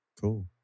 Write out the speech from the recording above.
Cool